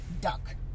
duck